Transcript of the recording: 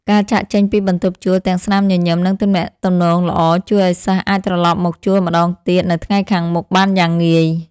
ការចាកចេញពីបន្ទប់ជួលទាំងស្នាមញញឹមនិងទំនាក់ទំនងល្អជួយឱ្យសិស្សអាចត្រឡប់មកជួលម្តងទៀតនៅថ្ងៃខាងមុខបានយ៉ាងងាយ។